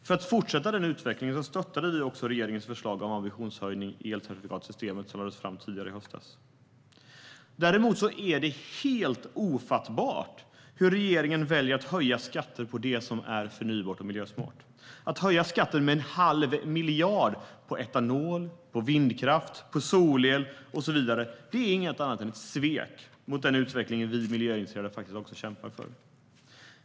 För att fortsätta den utvecklingen stöttade vi också regeringens förslag om ambitionshöjning i elcertifikatssystemet som lades fram tidigare i höstas. Däremot är det helt ofattbart hur regeringen väljer att höja skatter på det som är förnybart och miljösmart. Att höja skatten med 1⁄2 miljard på etanol, vindkraft, solel och så vidare är inget annat än ett svek mot den utveckling vi miljöintresserade kämpar för.